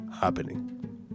happening